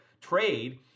trade